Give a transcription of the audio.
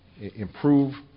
improve